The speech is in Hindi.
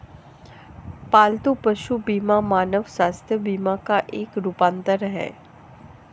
पालतू पशु बीमा मानव स्वास्थ्य बीमा का एक रूपांतर है